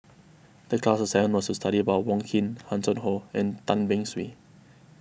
the class assignment was to study about Wong Keen Hanson Ho and Tan Beng Swee